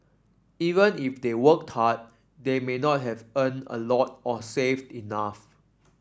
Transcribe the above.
even if they worked hard they may not have earned a lot or saved enough